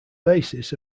basis